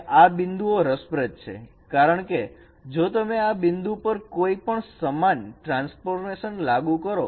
અને આ બિંદુઓ રસપ્રદ છે કારણકે જો તમે આ બિંદુ પર કોઈપણ સમાન ટ્રાન્સફોર્મેશન લાગુ કરો